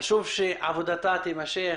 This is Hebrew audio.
חשוב שעבודתה תימשך.